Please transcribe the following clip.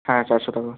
হ্যাঁ চারশো টাকা